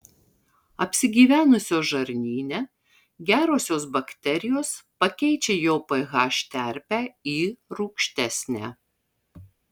apsigyvenusios žarnyne gerosios bakterijos pakeičia jo ph terpę į rūgštesnę